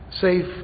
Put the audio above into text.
safe